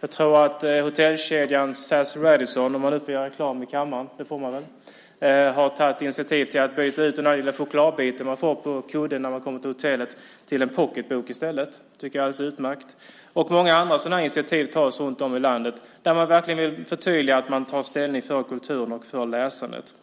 Jag tror att hotellkedjan Radisson SAS har tagit ett initiativ att byta ut den lilla chokladbiten som man får på kudden när man kommer till hotellet mot en pocketbok. Det tycker jag är alldeles utmärkt. Många andra sådana initiativ tas runt om i landet där man verkligen vill förtydliga att man tar ställning för kulturen och för läsandet.